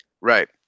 right